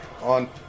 on